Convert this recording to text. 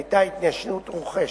היתה התיישנות רוכשת.